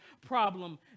problem